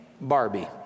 Barbie